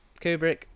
Kubrick